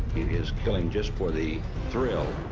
is killing just for the thrill.